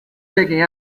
checking